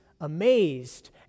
amazed